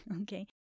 Okay